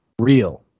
real